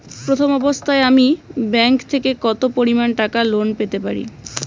প্রথম অবস্থায় আমি ব্যাংক থেকে কত পরিমান টাকা লোন পেতে পারি?